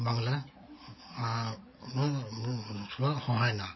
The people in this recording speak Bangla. বাংলা আর হয় না